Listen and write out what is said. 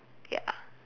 ya